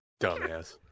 Dumbass